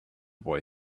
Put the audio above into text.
boy